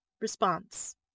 Response